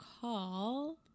call